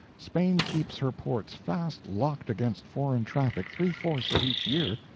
spain keeps her ports fast locked against foreign traffic three-fourths of each year,